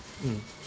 mm